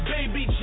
Baby